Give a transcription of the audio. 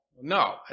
No